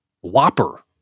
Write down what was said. Whopper